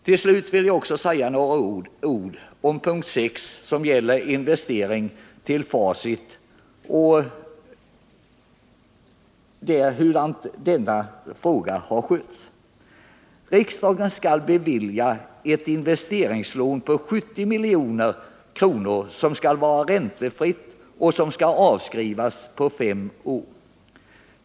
Till slut vill jag säga några ord om p. 6, som gäller investeringslån till Facit, och om hur den frågan har skötts. Regeringen skall bevilja ett investeringslån på 70 milj.kr., som skall vara räntefritt och avskrivas på fem år.